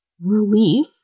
relief